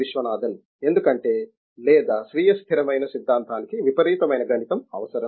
విశ్వనాథన్ ఎందుకంటే లేదా స్వీయ స్థిరమైన సిద్ధాంతానికి విపరీతమైన గణితం అవసరం